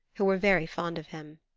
who were very fond of him.